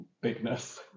bigness